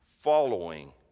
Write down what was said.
following